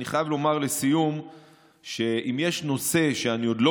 אני חייב לומר לסיום שאם יש נושא שאני עוד לא